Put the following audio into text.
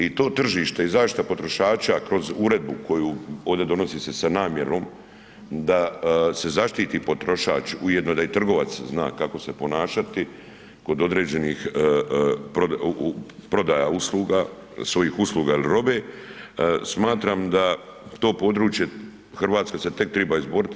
I to tržište i zaštita potrošača kroz uredbu koju ovde donosi se sa namjerom da se zaštiti potrošač, ujedno da i trgovac zna kako se ponašati kod određenih prodaja usluga, svojih usluga ili robe, smatram da to područje Hrvatska se tek triba izboriti.